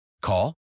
Call